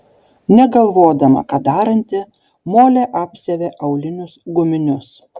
negalvodama ką daranti molė apsiavė aulinius guminius